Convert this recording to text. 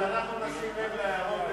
אנחנו נשים לב להערות,